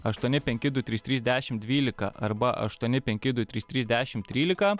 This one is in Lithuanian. aštuoni penki du trys trys dešimt dvylika arba aštuoni penki du trys trys dešimt trylika